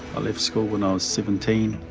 i left school when i was seventeen.